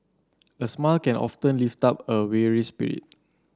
a smile can often lift up a weary spirit